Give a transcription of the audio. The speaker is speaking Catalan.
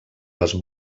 les